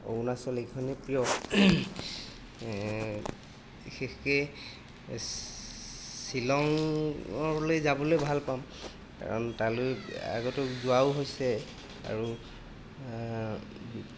অৰুণাচল এইখনেই প্ৰিয় বিশেষকৈ শ্বিলংলৈ যাবলৈ ভাল পাম কাৰণ তালৈ আগতো যোৱাও হৈছে আৰু